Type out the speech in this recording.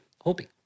hoping